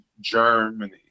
Germany